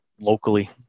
locally